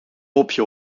mopje